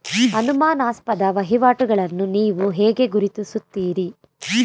ಅನುಮಾನಾಸ್ಪದ ವಹಿವಾಟುಗಳನ್ನು ನೀವು ಹೇಗೆ ಗುರುತಿಸುತ್ತೀರಿ?